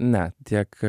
ne tiek